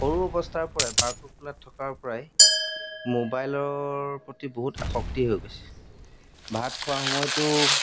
সৰু অৱস্থাৰপৰাই মাকৰ কোলতাত থকাৰপৰাই মোবাইলৰ প্ৰতি বহুত আসক্তি হৈ গৈছে ভাত খোৱাৰ সময়তো